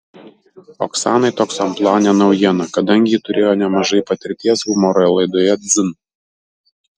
oksanai toks amplua ne naujiena kadangi ji turėjo nemažai patirties humoro laidoje dzin